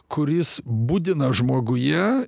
kuris budina žmoguje